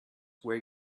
were